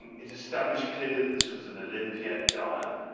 it established clearly that this was an olympiad dial,